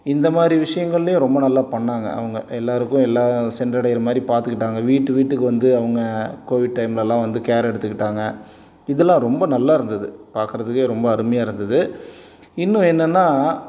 இந்தமாதிரி விஷயங்கள்லையும் ரொம்ப நல்லா பண்ணிணாங்க அவங்க எல்லோருக்கும் எல்லாம் சென்றடையிறமாதிரி பார்த்துக்கிட்டாங்க வீட்டு வீட்டுக்கு வந்து அவங்க கோவிட் டைம்லெலாம் வந்து கேர் எடுத்துக்கிட்டாங்க இதெல்லாம் ரொம்ப நல்லாயிருந்துது பார்க்கறத்துக்கே ரொம்ப அருமையாக இருந்தது இன்னும் என்னென்னா